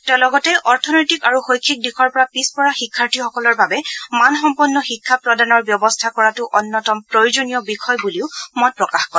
তেওঁ লগতে অৰ্থনৈতিক আৰু শৈক্ষিক দিশৰ পৰা পিছ পৰা শিক্ষাৰ্থীসকলৰ বাবে মানসম্পন্ন শিক্ষা প্ৰদানৰ ব্যৱস্থা কৰাটো অন্যতম প্ৰয়োজনীয় বিষয় বুলিও মত প্ৰকাশ কৰে